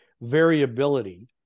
variability